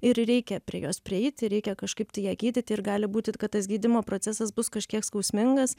ir reikia prie jos prieiti reikia kažkaip tai ją gydyti ir gali būti kad tas gydymo procesas bus kažkiek skausmingas